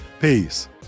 Peace